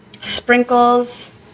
sprinkles